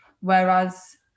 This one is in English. Whereas